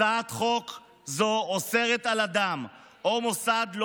הצעת חוק זו אוסרת על אדם או מוסד לא